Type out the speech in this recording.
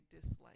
dislike